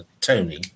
tony